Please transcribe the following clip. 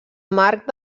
marc